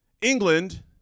England